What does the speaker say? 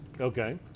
Okay